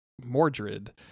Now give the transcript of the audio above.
Mordred